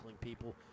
people